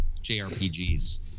JRPGs